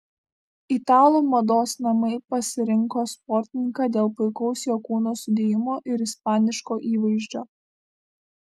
italų mados namai pasirinko sportininką dėl puikaus jo kūno sudėjimo ir ispaniško įvaizdžio